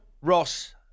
Ross